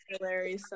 Larry